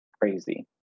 crazy